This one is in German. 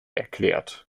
erklärt